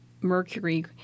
mercury